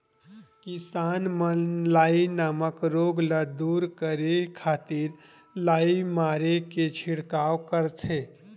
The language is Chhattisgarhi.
किसान मन लाई नामक रोग ल दूर करे खातिर लाई मारे के छिड़काव करथे